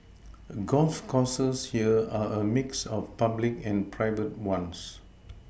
golf courses here are a mix of public and private ones